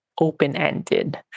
open-ended